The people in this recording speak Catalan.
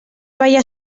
balla